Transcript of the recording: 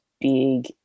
big